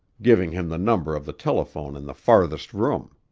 giving him the number of the telephone in the farthest room.